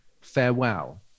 farewell